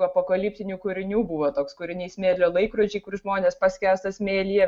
apokaliptinių kūrinių buvo toks kūrinys smėlio laikrodžiai kur žmonės paskęsta smėlyje